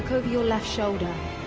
kind of your left shoulder